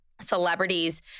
celebrities